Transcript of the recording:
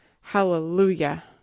Hallelujah